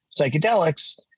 psychedelics